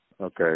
Okay